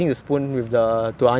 the higher was there hor